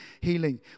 healing